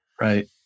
Right